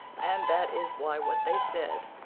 and that is why what they said,